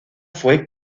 fue